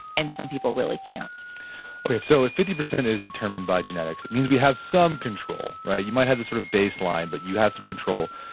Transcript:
and some people really can't okay. so if fifty is determined by genetics, it means we have some control, right? you might have this sort of baseline, but you have some control.